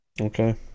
Okay